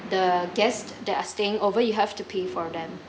the guest that are staying over you have to pay for them